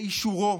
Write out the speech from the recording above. באישורו,